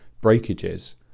breakages